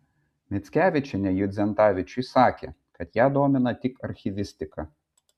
mickevičienė judzentavičiui sakė kad ją domina tik archyvistika